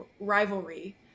rivalry